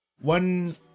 One